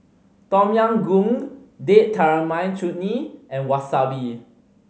Tom Yam Goong Date Tamarind Chutney and Wasabi